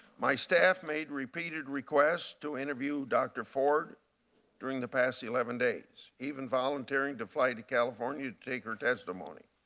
my staff made repeated requests to interview dr ford doing the past eleven days, even volunteering to fly to california to take her testimony,